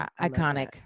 iconic